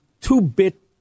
two-bit